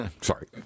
Sorry